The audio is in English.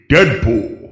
Deadpool